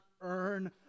earn